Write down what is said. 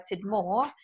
more